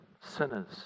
sinners